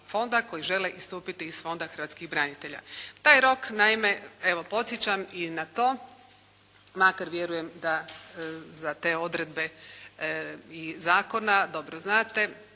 koji žele istupiti iz Fonda hrvatskih branitelja. Taj rok naime evo podsjećam i na to, makar vjerujem da za te odredbe zakona dobro znate